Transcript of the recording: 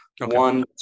One